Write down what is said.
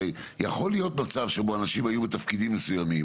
הרי יכול להיות מצב שבו אנשים היו בתפקידים מסוימים,